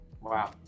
wow